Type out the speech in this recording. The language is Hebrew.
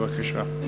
בבקשה.